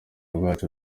rwacu